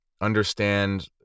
understand